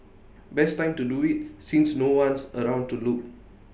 best time to do IT since no one's around to look